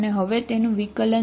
હવે તેનું વિકલન શું છે